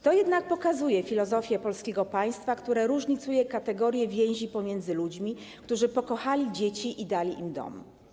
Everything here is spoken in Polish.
To jednak pokazuje filozofię polskiego państwa, które różnicuje kategorię więzi pomiędzy ludźmi, którzy pokochali dzieci i dali im dom.